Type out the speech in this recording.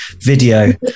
video